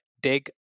dig